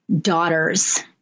daughters